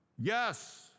Yes